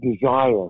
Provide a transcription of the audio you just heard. desire